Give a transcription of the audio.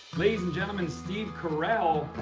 ladies and gentlemen, steve carell.